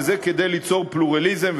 וזה כדי ליצור פלורליזם,